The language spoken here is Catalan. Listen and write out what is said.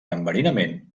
enverinament